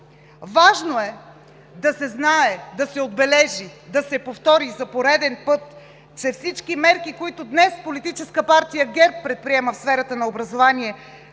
Важно е да се знае, да се отбележи, да се повтори за пореден път, че всички мерки, които днес политическа партия ГЕРБ предприема в сферата на образование